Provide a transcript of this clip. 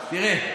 תראה,